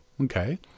Okay